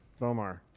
Bomar